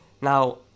now